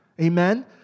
Amen